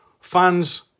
Fans